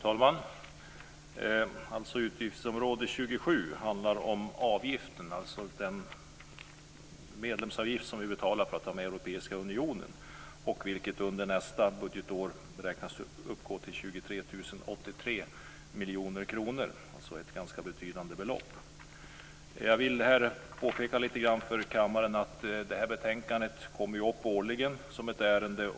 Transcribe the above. Fru talman! Utgiftsområde 27 handlar om den medlemsavgift som vi betalar för att vara med i Europeiska unionen, vilken under nästa budgetår beräknas uppgå till 23 083 miljoner kronor, alltså ett ganska betydande belopp. Jag vill påpeka för kammaren att det här betänkandet kommer upp årligen som ett ärende.